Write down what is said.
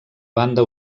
banda